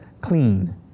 clean